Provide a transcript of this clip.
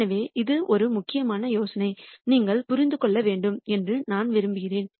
எனவே இது ஒரு முக்கியமான யோசனை நீங்கள் புரிந்து கொள்ள வேண்டும் என்று நான் விரும்புகிறேன்